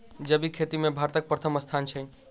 जैबिक खेती मे भारतक परथम स्थान छै